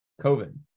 COVID